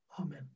Amen